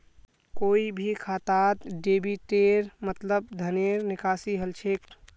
कोई भी खातात डेबिटेर मतलब धनेर निकासी हल छेक